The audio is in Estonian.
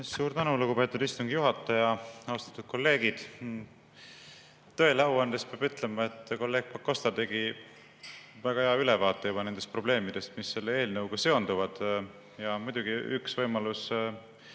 Suur tänu, lugupeetud istungi juhataja! Austatud kolleegid! Tõele au andes peab ütlema, et kolleeg Pakosta juba tegi väga hea ülevaate nendest probleemidest, mis selle eelnõuga seonduvad. Muidugi on üks võimalus